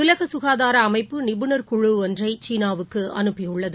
உலகசுகாதாரஅமைப்பும் நிபுணர் குழு ஒன்றைசீனாவுக்குஅனுப்பியுள்ளது